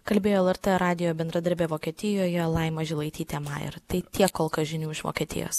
kalbėjo lrt radijo bendradarbė vokietijoje laima žilaitytė maer tai tiek kol kas žinių iš vokietijos